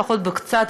לפחות קצת,